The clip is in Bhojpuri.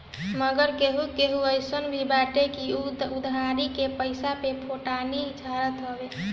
मगर केहू केहू अइसन भी बाटे की उ उधारी के पईसा पे फोटानी झारत हवे